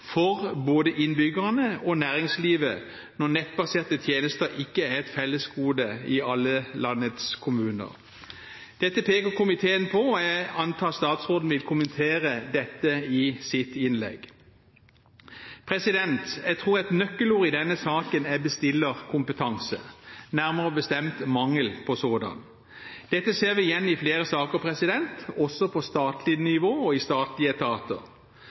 for både innbyggerne og næringslivet når nettbaserte tjenester ikke er et fellesgode i alle landets kommuner. Dette peker komiteen på, og jeg antar statsråden vil kommentere dette i sitt innlegg. Jeg tror et nøkkelord i denne saken er «bestillerkompetanse», nærmere bestemt mangel på sådan. Dette ser vi igjen i flere saker, også på statlig nivå og i statlige etater.